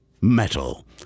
Metal